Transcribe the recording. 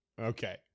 okay